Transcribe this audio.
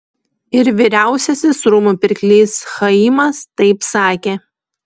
ir vyriausiasis rūmų pirklys chaimas taip sakė